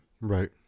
Right